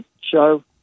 show